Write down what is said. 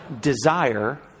desire